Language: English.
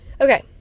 Okay